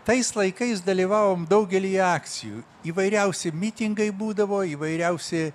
tais laikais dalyvavom daugelyje akcijų įvairiausi mitingai būdavo įvairiausi